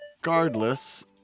regardless